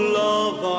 love